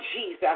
Jesus